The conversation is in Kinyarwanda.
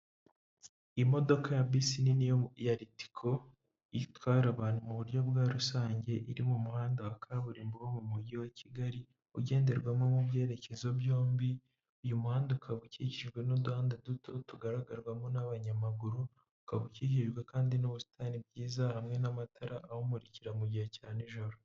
Imodoka ya bisi nini ya litico itwara abantu mu buryo bwa rusange, iri mu muhanda wa kaburimbo wo mu mujyi wa Kigali ugenderwamo mu byerekezo byombi. Uyu muhanda ukaba ukikijwe n'uduhanda duto tugaragarwamo n'abanyamaguru, ukaba ukikijwe kandi n'ubusitani bwiza hamwe n'amatara awumurikira mu gihe cya nijoro.